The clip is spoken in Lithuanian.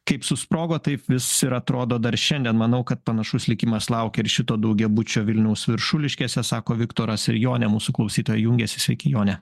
kaip susprogo taip vis ir atrodo dar šiandien manau kad panašus likimas laukia ir šito daugiabučio vilniaus viršuliškėse sako viktoras ir jonė mūsų klausytoja jungiasi sveiki jone